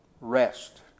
Rest